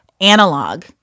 Analog